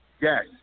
yes